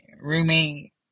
roommate